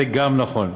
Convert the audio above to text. זה גם נכון.